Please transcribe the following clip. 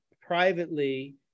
privately